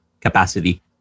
capacity